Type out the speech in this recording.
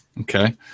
Okay